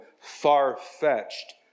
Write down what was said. far-fetched